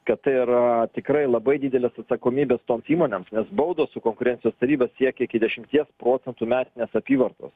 kad tai yra tikrai labai didelės atsakomybės toms įmonėms nes baudos su konkurencijos taryba siekia iki dešimties procentų metinės apyvartos